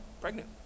Pregnant